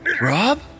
Rob